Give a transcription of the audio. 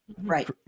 right